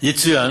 יצוין